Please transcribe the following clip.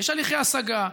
יש הליכי השגה.